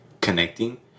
connecting